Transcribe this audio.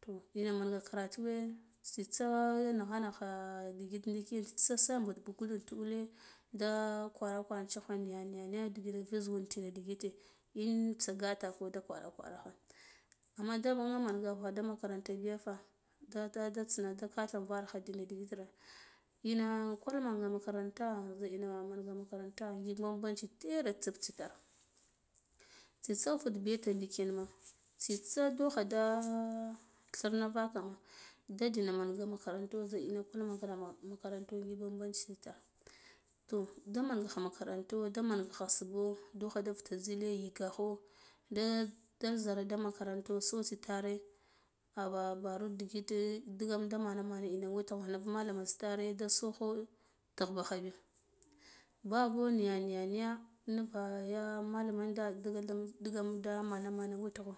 To ina manga karatuwe tsitsa nagha nagha ndi git ndikina tsitse synbot bugudo in tubule da khware khwarah cewa niya niya nya ndigit da zu itu ndigiti in tsa gata ko da ghwaraha ghwara amma da mankha da makaranta biyafa nde nde tsina gata varaha ndigite ina kwalmanga makaranta za ina manga makaranta za nzik banbanci tere tsibtsi tsa tsitsa unfuɗ biya ta ndiken ma tsitsa da dogha da thirna vakama da dina mana makaranto za ina kwal makaranto ngile banbanci tsitar toh da mangakho makaranto damanga kha subho dugha da fita zile yiga kho da dazara da makaranto so tsitare a ah baru ndigite ndigam da mane manam ina witgha nuf malami zi tsitare da sokho tighba khabi babo niya niya niya nuva ya malaman nale ndigal da ndigam da mana mana witgho